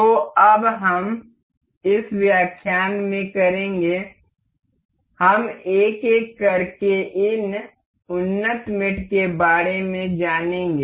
तो अब हम इस व्याख्यान में करेंगे हम एक एक करके इन उन्नत मेट के बारे में जानेंगे